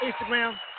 Instagram